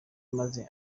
maze